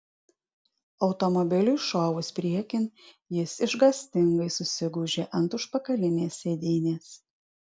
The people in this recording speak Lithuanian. automobiliui šovus priekin jis išgąstingai susigūžė ant užpakalinės sėdynės